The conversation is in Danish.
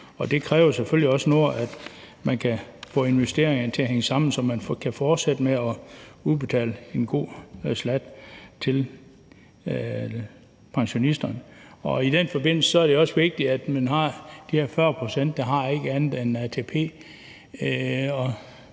det kræver selvfølgelig også noget, at man kan få investeringerne til at hænge sammen, så man kan fortsætte med at udbetale en god slat til pensionisterne. I den forbindelse er det jo også vigtigt for de her 40 pct., der ikke har andet end ATP.